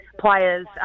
players